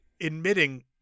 admitting